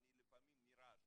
אני לפעמים נרעש.